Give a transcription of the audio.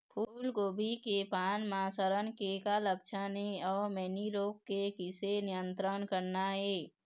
फूलगोभी के पान म सड़न के का लक्षण ये अऊ मैनी रोग के किसे नियंत्रण करना ये?